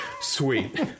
Sweet